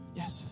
yes